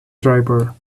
driver